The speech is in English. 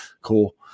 cool